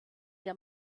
der